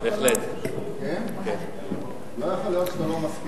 לא יכול להיות שאתה לא מסכים לזה.